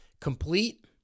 complete